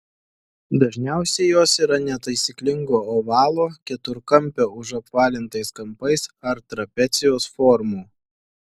dažniausiai jos yra netaisyklingo ovalo keturkampio užapvalintais kampais ar trapecijos formų